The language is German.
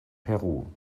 peru